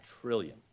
trillion